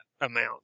amount